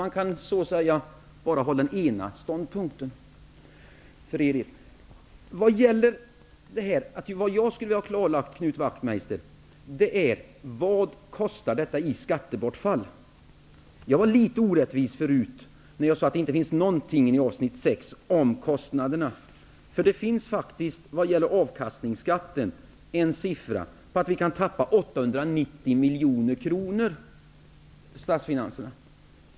Man kan så att säga bara ha den ena ståndpunkten. Vad jag skulle ha klarlagt, Knut Wachtmeister, är vad detta kostar i skattebortfall. Jag var litet orättvis förut när jag sade att det inte fanns någonting i avsnitt 6 om kostnaderna. Där finns faktiskt vad gäller avkastningsskatten en siffra på att vi kan förlora 890 miljoner kronor i statsfinanserna.